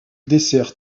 dessert